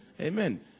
Amen